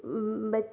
बच